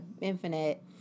Infinite